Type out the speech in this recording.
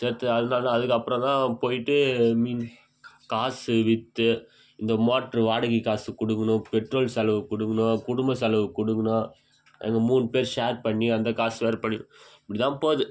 சேர்றத்துக்கு நாலு நாள்னால் அதுக்கப்புறம் தான் போயிட்டு மீன் காசு விற்று இந்த மோட்ரு வாடகை காசு குடுக்கணும் பெட்ரோல் செலவுக்கு கொடுக்கணும் குடும்ப செலவுக்கு கொடுக்கணும் எங்கள் மூணு பேர் ஷேர் பண்ணி அந்த காசு ஷேர் பண்ணி இப்படி தான் போது